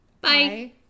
Bye